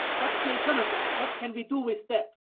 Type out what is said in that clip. what's the alternative? what can we do with that?